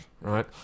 right